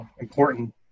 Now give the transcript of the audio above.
important